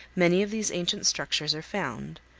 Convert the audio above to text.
many of these ancient structures are found,